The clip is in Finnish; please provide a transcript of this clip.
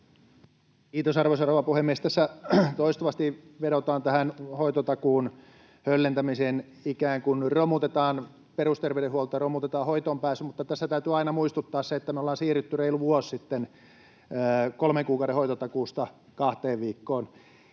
Kiitos, arvoisa rouva puhemies! Tässä toistuvasti vedotaan tähän hoitotakuun höllentämiseen, että ikään kuin romutetaan perusterveydenhuolto ja romutetaan hoitoonpääsy, mutta tässä täytyy aina muistuttaa siitä, että me ollaan siirrytty reilu vuosi sitten kolmen kuukauden hoitotakuusta kahteen viikkoon.